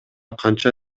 канча